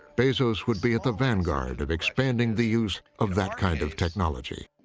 bezos would be at the vanguard of expanding the use of that kind of technology.